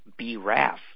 BRAF